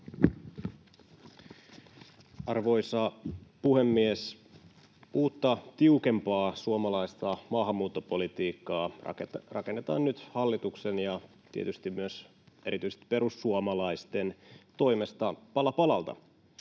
Arvoisa puhemies! Uutta, tiukempaa suomalaista maahanmuuttopolitiikkaa rakennetaan nyt hallituksen ja tietysti myös erityisesti perussuomalaisten toimesta pala palalta